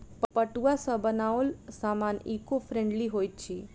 पटुआ सॅ बनाओल सामान ईको फ्रेंडली होइत अछि